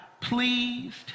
pleased